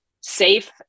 safe